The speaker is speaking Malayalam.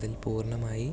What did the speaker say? അതിൽ പൂർണ്ണമായി